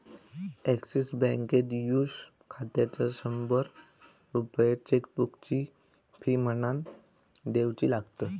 axis बँकेत youth खात्यात शंभर रुपये चेकबुकची फी म्हणान दिवचे लागतत